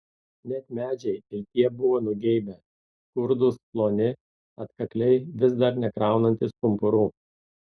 net medžiai ir tie buvo nugeibę skurdūs ploni atkakliai vis dar nekraunantys pumpurų